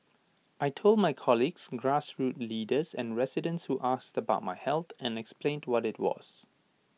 I Told my colleagues grassroots leaders and residents who asked about my health and explained what IT was